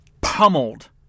pummeled